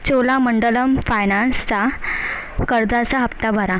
चोलामंडलम फायनान्सचा कर्जाचा हप्ता भरा